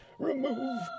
Remove